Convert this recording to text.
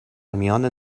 میان